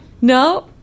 No